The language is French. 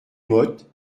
mottes